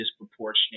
disproportionate